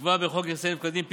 נקבע בחוק נכסי נפקדים (פיצויים),